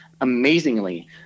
amazingly